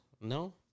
No